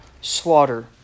slaughter